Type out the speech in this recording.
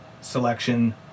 selection